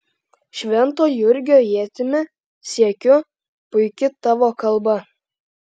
švento jurgio ietimi siekiu puiki tavo kalba